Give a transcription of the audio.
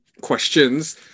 questions